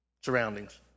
Surroundings